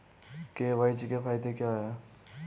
KYC के फायदे क्या है?